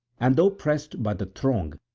and, though pressed by the throng,